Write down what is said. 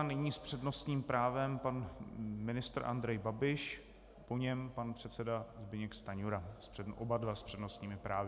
Nyní s přednostním právem pan ministr Andrej Babiš, po něm pan předseda Zbyněk Stanjura, oba dva s přednostními právy.